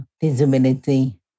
disability